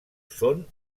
són